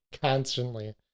constantly